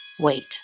wait